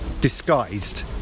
disguised